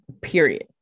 period